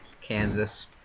Kansas